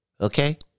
Okay